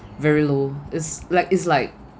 very low it's like is like